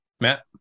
Matt